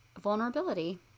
vulnerability